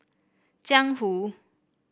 Jiang Hu